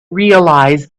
realise